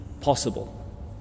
possible